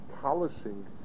polishing